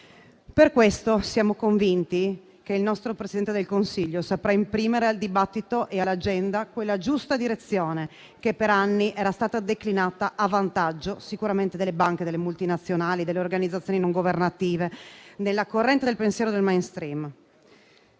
Per questo siamo convinti che il nostro Presidente del Consiglio saprà imprimere al dibattito e all'agenda quella giusta direzione che per anni era stata declinata a vantaggio sicuramente delle banche, delle multinazionali, delle organizzazioni non governative, della corrente del pensiero del *mainstream*.